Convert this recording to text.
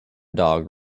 dog